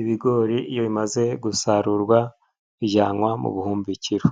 Ibigori iyo bimaze gusarurwa bijyanwa mu buhumbikiro